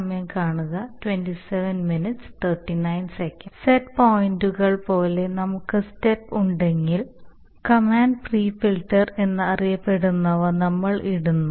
set പോയിന്റുകൾ പോലെ നമുക്ക് സ്റ്റെപ്പ് ഉണ്ടെങ്കിൽ കമാൻഡ് പ്രീ ഫിൽട്ടർ എന്നറിയപ്പെടുന്നവ നമ്മൾ ഇടുന്നു